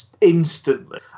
instantly